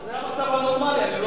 זה המצב הנורמלי.